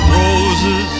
roses